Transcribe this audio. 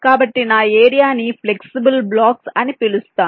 కాబట్టి నా ఏరియా ని ఫ్లెక్సిబుల్ బ్లాక్స్ అని పిలుస్తారు